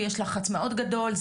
ויש לחץ מאוד גדול,